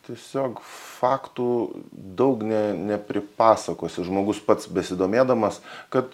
tiesiog faktų daug ne nepripasakosi žmogus pats besidomėdamas kad